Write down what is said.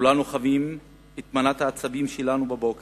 כולנו חווים את מנת העצבים שלנו בבוקר,